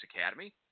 Academy